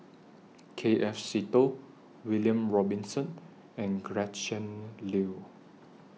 K F Seetoh William Robinson and Gretchen Liu